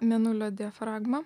mėnulio diafragma